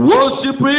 Worship